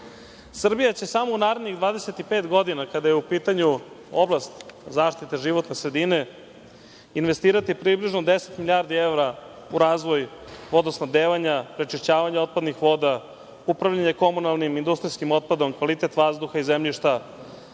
kažu. Srbija će samo u narednih 25 godina, kada je u pitanju oblast zaštite životne sredine, investirati približno 10 milijardi evra u razvoj vodosnabdevanja, prečišćavanja otpadnih voda, upravljanje komunalnim, industrijskim otpadom, kvalitet vazduha i zemljišta,